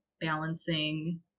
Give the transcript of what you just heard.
balancing